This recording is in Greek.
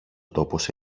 τόπος